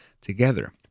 together